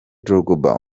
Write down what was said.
drogba